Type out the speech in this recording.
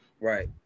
Right